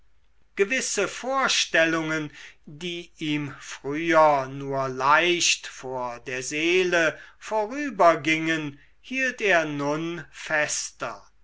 gewisse vorstellungen die ihm früher nur leicht vor der seele vorübergingen hielt er nun fester